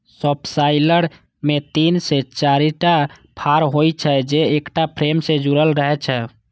subsoiler मे तीन से चारिटा फाड़ होइ छै, जे एकटा फ्रेम सं जुड़ल रहै छै